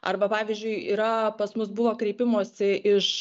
arba pavyzdžiui yra pas mus buvo kreipimosi iš